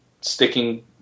sticking